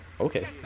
okay